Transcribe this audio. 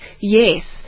Yes